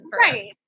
Right